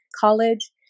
college